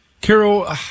Carol